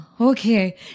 Okay